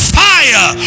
fire